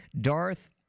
Darth